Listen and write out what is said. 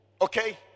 Okay